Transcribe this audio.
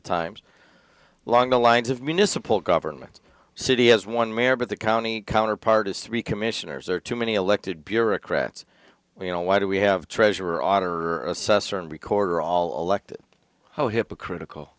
times along the lines of municipal government city as one mayor but the county counterpart is three commissioners are too many elected bureaucrats you know why do we have treasurer auditor assessor and recorder all elected hoa hypocritical